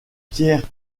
pierre